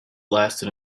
lasted